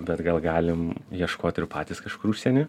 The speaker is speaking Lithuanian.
bet gal galim ieškot ir patys kažkur užsieny